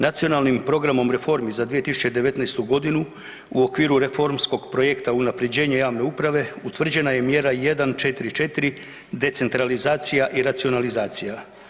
Nacionalnim programom reformi za 2019. godinu u okviru reformskog projekta unapređenje javne uprave utvrđena je mjera 144. decentralizacija i racionalizacija.